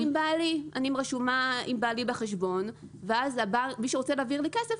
אני רשומה עם בעלי בחשבון ואז מי שרוצה להעביר לי כסף,